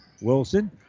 Wilson